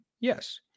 yes